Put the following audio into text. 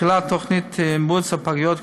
מתחילת תוכנית תמרוץ הפגיות,